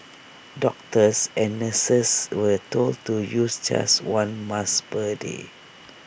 doctors and nurses were told to use just one mask per day